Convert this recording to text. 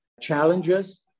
challenges